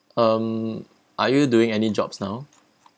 um are you doing any jobs now